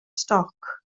stoc